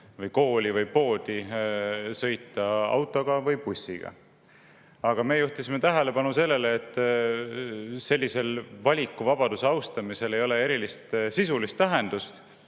või kooli või poodi sõita auto või bussiga. Aga me juhtisime tähelepanu sellele, et sellisel valikuvabaduse austamisel ei ole erilist sisulist tähendust.